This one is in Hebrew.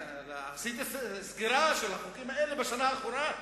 עשיתי סקירה של החוקים האלה בשנה האחרונה,